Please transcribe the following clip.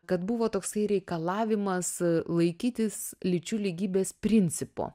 kad buvo toksai reikalavimas laikytis lyčių lygybės principo